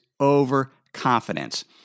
overconfidence